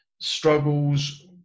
struggles